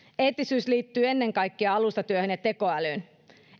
eettisyys liittyy ennen kaikkea alustatyöhön ja tekoälyyn